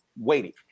waiting